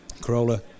Corolla